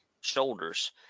shoulders